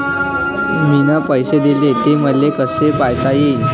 मिन पैसे देले, ते मले कसे पायता येईन?